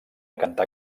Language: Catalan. cantar